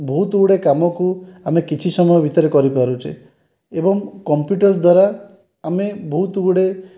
ବହୁତ ଗୁଡ଼ାଏ କାମକୁ ଆମେ କିଛି ସମୟ ଭିତରେ କରିପାରୁଛେ ଏବଂ କମ୍ପୁଟର ଦ୍ୱାରା ଆମେ ବହୁତ ଗୁଡ଼ାଏ